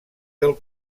del